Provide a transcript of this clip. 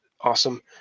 awesome